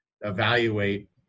evaluate